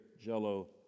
jello